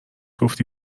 گفتی